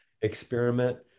experiment